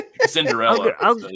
Cinderella